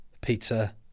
pizza